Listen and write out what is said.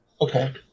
Okay